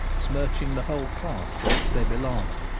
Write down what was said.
smirching the whole class to which they belong.